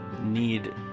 need